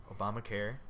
Obamacare